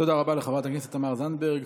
תודה רבה לחברת הכנסת תמר זנדברג.